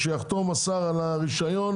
כאשר יחתום השר על הרישיון,